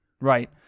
right